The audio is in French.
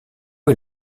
est